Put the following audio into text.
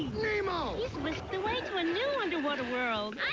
nemo. he's whisked away to a new underwater world. i